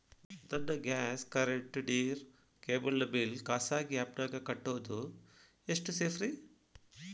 ನನ್ನ gas current, ನೇರು, cable ನ ಬಿಲ್ ಖಾಸಗಿ ಆ್ಯಪ್ ನ್ಯಾಗ್ ಕಟ್ಟೋದು ಎಷ್ಟು ಸೇಫ್ರಿ?